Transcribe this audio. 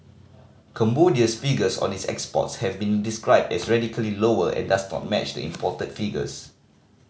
Cambodia's figures on its exports have been described as radically lower and does not match the imported figures